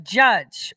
judge